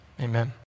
Amen